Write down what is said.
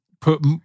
put